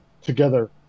together